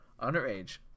underage